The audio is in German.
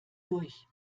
durch